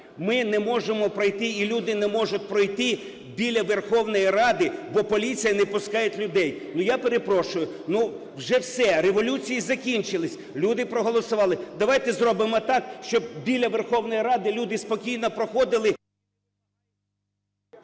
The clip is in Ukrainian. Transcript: Ми не можемо пройти і люди не можуть пройти біля Верховної Ради, бо поліція не пускає людей. Я перепрошую, вже все, революції закінчились, люди проголосували. Давайте зробимо так, щоб біля Верховної Ради люди спокійно проходили…